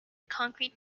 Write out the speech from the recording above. concrete